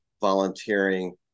volunteering